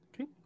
Okay